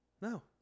No